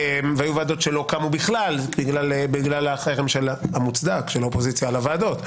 והיו ועדות שלא קמו בכלל בגלל החרם המוצדק של האופוזיציה על הוועדות.